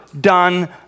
done